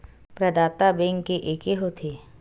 प्रदाता बैंक के एके होथे?